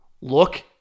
Look